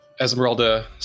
Esmeralda